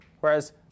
whereas